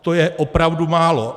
To je opravdu málo.